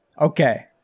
Okay